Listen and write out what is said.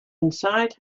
inside